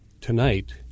tonight